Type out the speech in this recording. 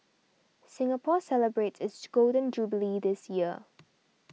Singapore celebrates its Golden Jubilee this year